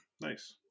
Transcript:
Nice